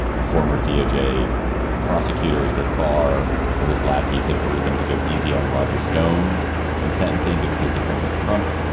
a former doj prosecutors that barr or his lackeys had ordered them to go easy on roger stone in sentencing because he was a friend of trump.